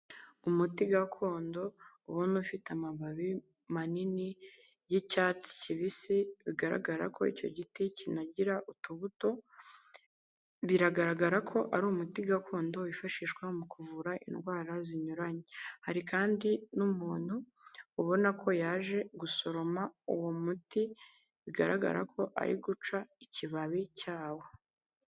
Umuti gakondo ubona ufite amababi manini y'icyatsi kibisi bigaragara ko icyo giti kinagira utubuto, biragaragara ko ari umuti gakondo wifashishwa mu kuvura indwara zinyuranye, hari kandi n'umuntu ubona ko yaje gusoroma uwo muti bigaragara ko ari guca ikibabi cyawo.